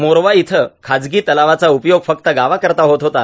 मोरवा इथं खाजगी तलावाचा उपयोग फक्त गावाकरीता होत होता